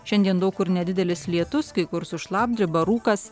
šiandien daug kur nedidelis lietus kai kur su šlapdriba rūkas